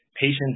patients